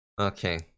Okay